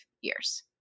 years